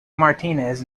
martinez